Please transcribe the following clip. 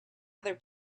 other